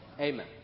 Amen